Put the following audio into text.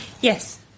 Yes